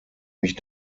mich